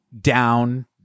down